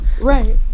Right